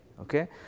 okay